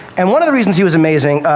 and one of the reasons he was amazing,